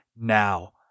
now